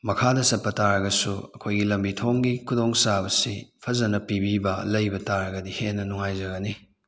ꯃꯈꯥꯗ ꯆꯠꯄ ꯇꯥꯔꯒꯁꯨ ꯑꯩꯈꯣꯏꯒꯤ ꯂꯝꯕꯤ ꯊꯣꯡꯒꯤ ꯈꯨꯗꯣꯡ ꯆꯥꯕꯁꯤ ꯐꯖꯅ ꯄꯤꯕꯤꯕ ꯂꯩꯕ ꯇꯥꯔꯒꯗꯤ ꯍꯦꯟꯅ ꯅꯨꯡꯉꯥꯏꯖꯒꯅꯤ